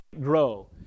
grow